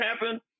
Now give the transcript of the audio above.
happen